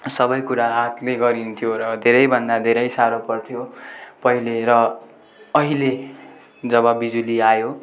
सबै कुरा हातले गरिन्थ्यो र धेरैभन्दा धेरै साह्रो पर्थ्यो पहिले र अहिले जब बिजुली आयो